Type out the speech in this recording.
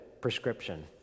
prescription